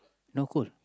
not cold